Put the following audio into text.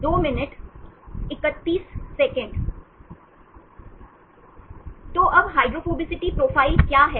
तो अब hydrophobicity profile क्या है